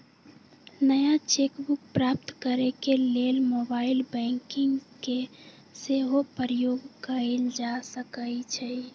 नया cheque book प्राप्त करेके लेल मोबाइल बैंकिंग के सेहो प्रयोग कएल जा सकइ छइ